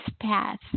path